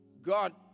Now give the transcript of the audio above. God